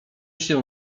się